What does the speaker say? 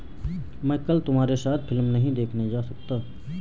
मैं कल तुम्हारे साथ फिल्म नहीं देखने जा सकता